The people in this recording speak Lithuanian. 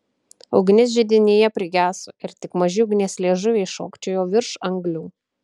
ugnis židinyje prigeso ir tik maži ugnies liežuviai šokčiojo virš anglių